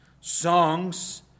songs